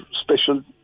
special